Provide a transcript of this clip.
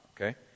Okay